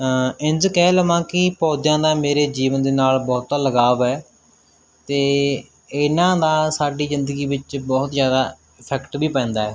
ਇੰਝ ਕਹਿ ਲਵਾਂ ਕਿ ਪੌਦਿਆਂ ਦਾ ਮੇਰੇ ਜੀਵਨ ਦੇ ਨਾਲ ਬਹੁਤਾ ਲਗਾਵ ਹੈ ਅਤੇ ਇਹਨਾਂ ਦਾ ਸਾਡੀ ਜ਼ਿੰਦਗੀ ਵਿੱਚ ਬਹੁਤ ਜ਼ਿਆਦਾ ਇਫੈਕਟ ਵੀ ਪੈਂਦਾ